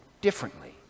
differently